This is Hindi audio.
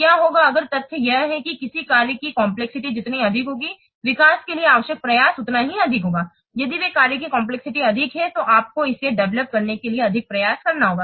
क्या होगा अगर तथ्य यह है कि किसी कार्य की कम्प्लेक्सिटी जितनी अधिक होगी विकास के लिए आवश्यक प्रयास उतना ही अधिक होगा यदि वे कार्य की कम्प्लेक्सिटी अधिक है तो आपको इसे डेवेलोप करने के लिए अधिक प्रयास करना होगा